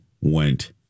went